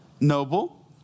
noble